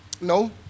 No